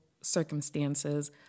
circumstances